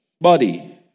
body